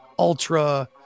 ultra